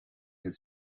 had